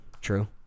True